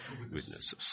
witnesses